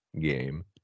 game